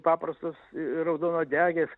paprastos ir raudonuodegės